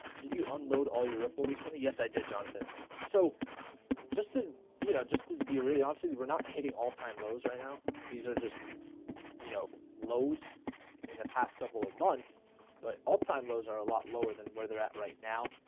did you unload all your ripple recently yes, i did jonathan so just to you know just to be really honest. we're not hitting all-time lows right now these are just you know lows in the past couple of months but all-time lows are a lot lower than where they're at right now.